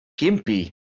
gimpy